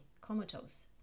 comatose